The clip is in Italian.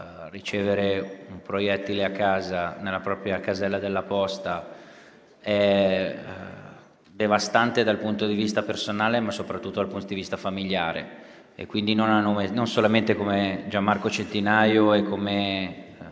ricevere un proiettile a casa nella propria casella della posta è devastante dal punto di vista personale, ma soprattutto dal punto di vista familiare. Vi ringrazio quindi non solamente come Gian Marco Centinaio e come